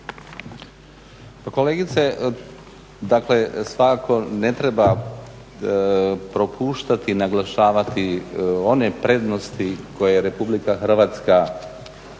Pa kolegice dakle svakako ne treba propuštati naglašavati one prednosti koje RH ima svojim